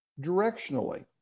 directionally